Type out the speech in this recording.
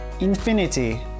Infinity